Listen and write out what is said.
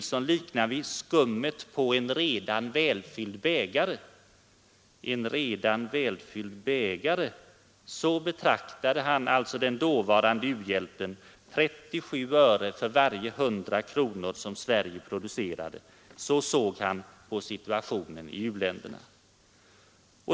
Såsom tillräckligt stor betraktade man alltså den dåvarande u-hjälpen — 37 öre för varje 100 kronor som Sverige producerade.